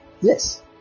yes